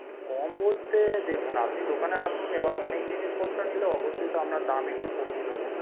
হুম কম বলতে দেখুন আপনি দোকানে আসুন এবার অনেক জিনিসপত্র নিলে অবশ্যই তো আপনার দাম একটু কমই নোবো